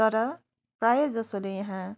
तर प्राय जसोले यहाँ